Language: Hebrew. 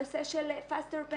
הנושא של פסטר-פיימנט,